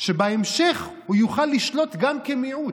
שבהמשך הוא יוכל לשלוט גם כמיעוט.